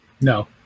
No